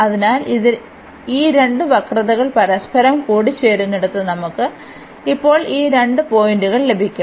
അതിനാൽ ഈ രണ്ട് വക്രതകളും പരസ്പരം കൂടിച്ചേരുന്നിടത്ത് നമുക്ക് ഇപ്പോൾ ഈ രണ്ട് പോയിന്റുകൾ ലഭിക്കും